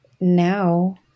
now